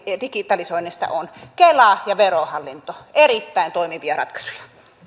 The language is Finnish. digitalisoinnista on kela ja verohallinto erittäin toimivia ratkaisuja